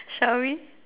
shall we